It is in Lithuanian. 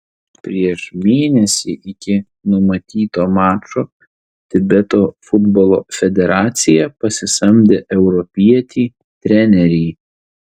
prieš mėnesį iki numatyto mačo tibeto futbolo federacija pasisamdė europietį trenerį